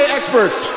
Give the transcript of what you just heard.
Experts